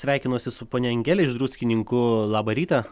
sveikinuosi su ponia angele iš druskininkų labą rytą